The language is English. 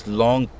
long